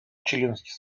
членский